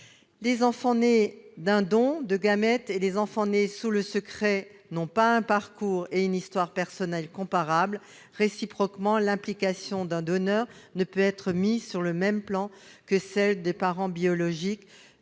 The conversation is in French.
Les enfants nés d'un don de gamètes et les enfants nés sous le secret n'ont pas un parcours et une histoire personnelle comparables. Réciproquement, l'implication d'un donneur ne peut être mise sur le même plan que celle de parents biologiques